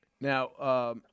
Now